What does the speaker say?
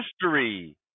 history